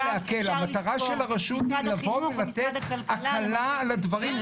המטרה של הרשות היא לתת הקלה לדברים,